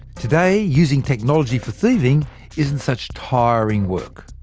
today, using technology for thieving isn't such tiring work.